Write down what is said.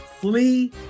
Flee